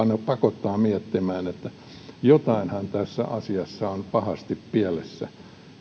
pakottaa miettimään että jotainhan tässä asiassa on pahasti pielessä